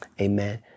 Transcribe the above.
amen